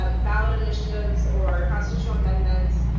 um ballot initiatives or constitutional amendments,